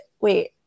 wait